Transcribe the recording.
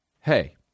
Hey